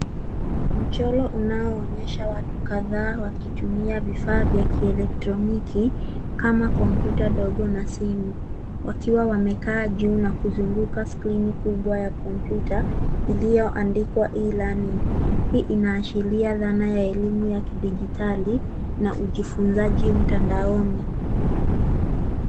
Mchoro unaoonyesha watu kadhaa wakitumia vifaa vya kielektroniki, kama kompyuta dogo na simu. Wakiwa wamekaa juu na kuzunguka skrini kubwa ya kompyuta, iliyoandikwa e-learning , inaashiria dhana ya elimu ya kidijitali na ujifunzaji mtandaoni.